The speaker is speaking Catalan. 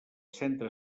centre